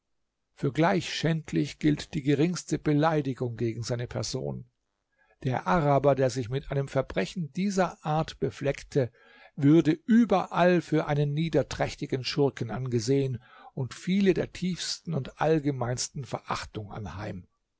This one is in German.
für gleich schändlich gilt die geringste beleidigung gegen seine person der araber der sich mit einem verbrechen dieser art befleckte würde überall für einen niederträchtigen schurken angesehen und fiele der tiefsten und allgemeinsten verachtung anheim